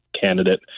candidate